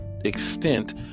extent